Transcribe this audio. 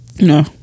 No